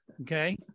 Okay